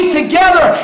together